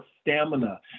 stamina